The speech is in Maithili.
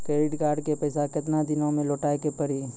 क्रेडिट कार्ड के पैसा केतना दिन मे लौटाए के पड़ी?